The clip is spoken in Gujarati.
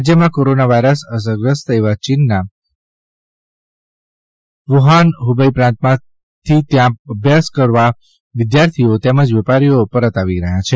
રાજ્યમાં કોરોના વાયરસ અસરગ્રસ્ત એવા ચીનના વુહાન હુબઇ પ્રાંતમાંથી ત્યાં અભ્યાસ કરતા વિદ્યાર્થી તેમજ વેપારીઓ પરત આવી રહ્યા છે